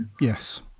Yes